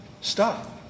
stop